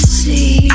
see